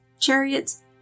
chariots